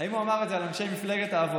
האם הוא אמר את זה על אנשי מפלגת העבודה,